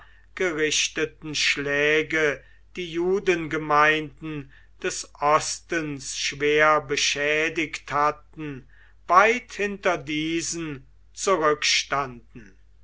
gerichteten schläge die judengemeinden des ostens schwer beschädigt hatten weit hinter diesen zurückstanden